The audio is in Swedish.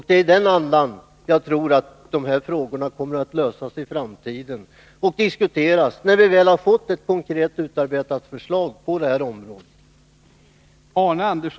Det är i denna anda som jag tror att de här frågorna kommer att diskuteras och lösas i framtiden, när vi väl har fått ett konkret utarbetat förslag på det här området.